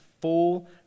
full